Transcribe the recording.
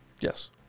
Yes